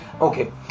okay